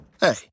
Hey